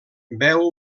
veu